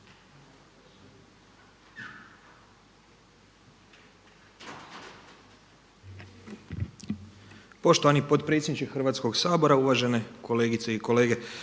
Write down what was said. Poštovani potpredsjedniče Hrvatskog sabora, uvažene kolegice i kolege.